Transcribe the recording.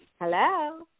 Hello